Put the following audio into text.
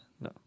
No